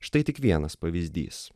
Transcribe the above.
štai tik vienas pavyzdys